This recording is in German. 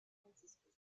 franziskus